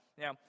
Now